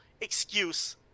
excuse